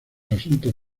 asuntos